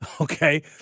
Okay